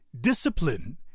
Discipline